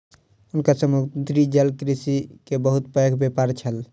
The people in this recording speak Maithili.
हुनकर समुद्री जलकृषि के बहुत पैघ व्यापार छल